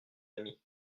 amis